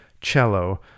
cello